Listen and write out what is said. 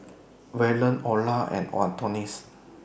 Waylon Orah and Adonis